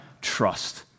trust